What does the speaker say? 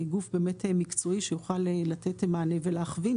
גוף באמת מקצועי שיוכל לתת מענה ולהכווין,